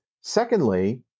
Secondly